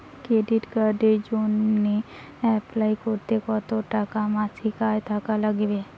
Credit কার্ডের জইন্যে apply করিতে কতো টাকা মাসিক আয় থাকা নাগবে?